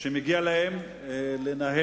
שמגיע להם לנהל,